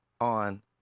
on